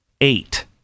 eight